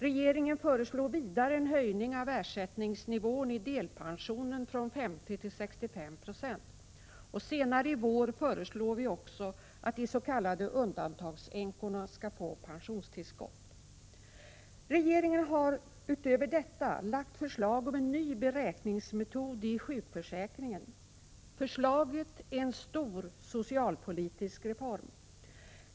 Regeringen föreslår vidare en höjning av ersättningsnivån i delpensionen från 50 till 65 96. Senare i vår föreslår vi också att de s.k. undantagandeänkorna skall få pensionstillskott. Regeringen har utöver detta lagt fram förslag om en ny beräkningsmetod i sjukförsäkringen. Förslaget är en stor socialpolitisk reform.